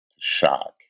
Shock